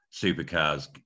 supercars